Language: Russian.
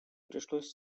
пришлось